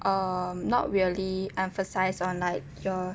um not really emphasise on like your